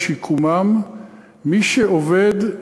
מי שעובד,